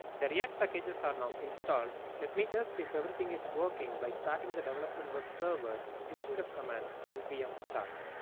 the react packages are now installed. let me test if everything is working by starting the development web server using the command npm start